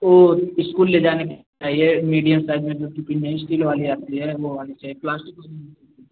ओ school ले जाने के चाहिए मीडियम साइज में जो टिफिन नहीं इस्टील वाली आती है वो वाली चाहिए प्लास्टिक वाली नहीं चाहिए